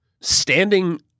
standing